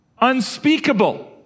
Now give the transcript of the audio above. unspeakable